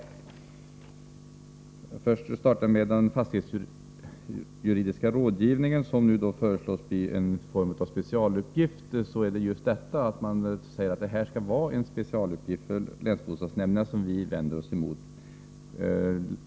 Vad först gäller den fastighetsjuridiska rådgivningen föreslås denna bli en form av specialuppgift för länsbostadsnämnderna. Vi vänder oss emot att man på det sättet vill fastslå att rådgivningen skall betraktas som en specialuppgift.